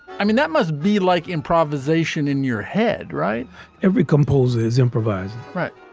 i mean, that must be like improvisation in your head right every compose is improvised. right.